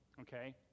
okay